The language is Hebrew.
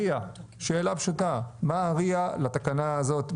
RIA, שאלה פשוטה, מה ה-RIA לתקנה הזאת.